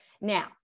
Now